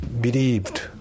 believed